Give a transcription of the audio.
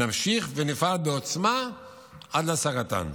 נמשיך ונפעל בעוצמה עד להשגתן.